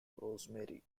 rosemary